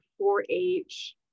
4-H